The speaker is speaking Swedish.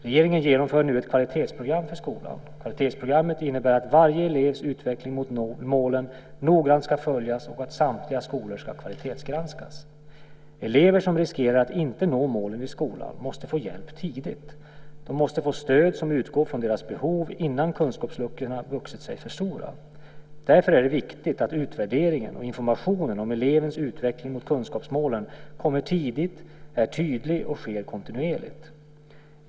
Regeringen genomför nu ett kvalitetsprogram för skolan. Kvalitetsprogrammet innebär att varje elevs utveckling mot målen noggrant ska följas och att samtliga skolor ska kvalitetsgranskas. Elever som riskerar att inte nå målen i skolan måste få hjälp tidigt. De måste få stöd som utgår från deras behov innan kunskapsluckorna vuxit sig för stora. Därför är det viktigt att utvärderingen och informationen om elevens utveckling mot kunskapsmålen kommer tidigt, är tydlig och sker kontinuerligt.